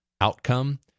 outcome